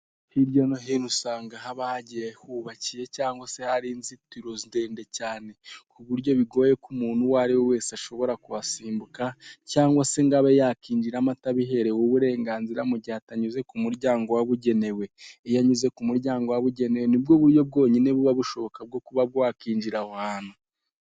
Hirya no hino usanga haba hagiye hubakiye, cyangwa se hari inzitiro ndende cyane, ku buryo bigoye ko umuntu uwo ari we wese ashobora kuhasimbuka, cyangwa se ngo abe yakinjiramo atabiherewe uburenganzira mu gihe atanyuze ku muryango wabugenewe. Iyo anyuze ku muryango wabugenewe, nibwo buryo bwonyine buba bushoboka bwo kuba wakinjira aho ahantu.